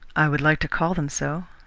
i would like to call them so,